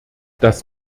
das